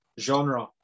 genre